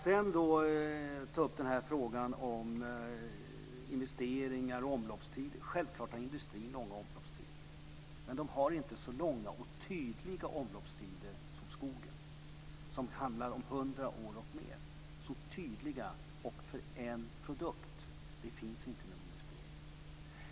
Självklart har industrin långa omloppstider, men den har inte så långa och tydliga omloppstider som skogen där det handlar om 100 år och mer, så tydliga och för en produkt. Det finns inte inom industrin.